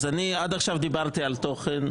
עד עכשיו דיברתי על התוכן,